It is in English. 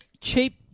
cheap